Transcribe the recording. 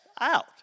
out